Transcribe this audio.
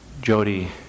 Jody